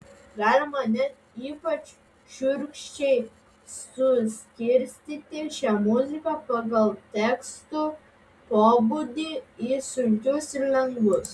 galima net ypač šiurkščiai suskirstyti šią muziką pagal tekstų pobūdį į sunkius ir lengvus